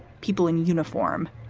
people in uniform,